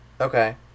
Okay